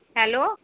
hello